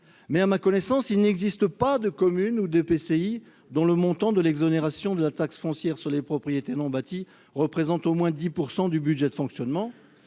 %. À ma connaissance toutefois, il n'existe pas de communes ou d'EPCI dont le montant de l'exonération de la taxe foncière sur les propriétés non bâties représente au moins 10 % du budget de fonctionnement.